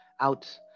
out